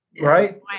Right